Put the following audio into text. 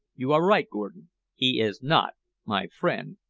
you are right, gordon he is not my friend,